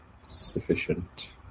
sufficient